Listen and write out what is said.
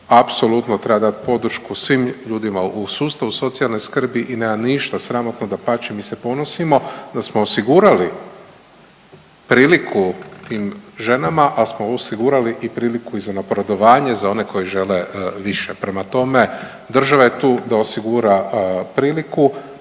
Apsolutno treba dati podršku svim ljudima u sustavu socijalne skrbi i nema ništa sramotno. Dapače, mi se ponosimo da smo osigurali priliku tim ženama, ali smo osigurali i priliku i za napredovanje za one koji žele više. Prema tome, država je tu da osigura priliku